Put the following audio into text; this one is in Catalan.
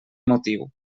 motiu